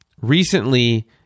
Recently